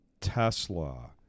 Tesla